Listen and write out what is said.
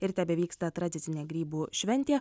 ir tebevyksta tradicinė grybų šventė